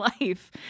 life